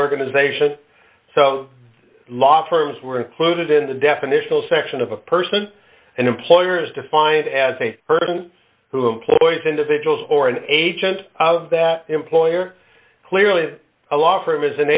organization so law firms were included in the definitional section of a person and employer is defined as a person who employs individuals or an agent of that employer clearly a law firm is an